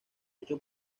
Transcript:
ocho